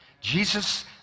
Jesus